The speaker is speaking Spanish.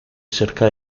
cerca